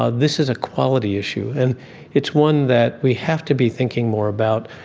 ah this is a quality issue. and it's one that we have to be thinking more about.